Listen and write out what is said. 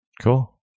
Cool